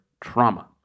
trauma